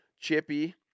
Chippy